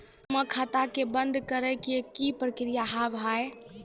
जमा खाता के बंद करे के की प्रक्रिया हाव हाय?